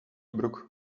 broek